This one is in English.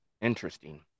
Interesting